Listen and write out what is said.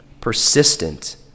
persistent